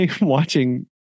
watching